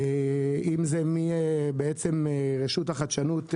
מרשות החדשנות,